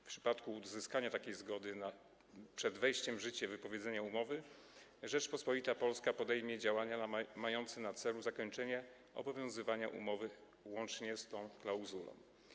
W przypadku uzyskania takiej zgody przed wejściem w życie wypowiedzenia umowy Rzeczpospolita Polska podejmie działania mające na celu zakończenie obowiązywania umowy łącznie z tą klauzulą.